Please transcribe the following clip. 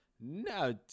No